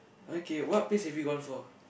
okay what plays have you gone for